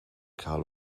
carl